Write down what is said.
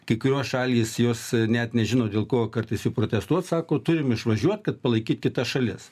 kai kurios šalys jos net nežino dėl ko kartais jų protestuot sako turim išvažiuot kad palaikyt kitas šalis